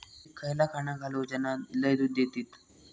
म्हशीक खयला खाणा घालू ज्याना लय दूध देतीत?